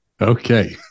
Okay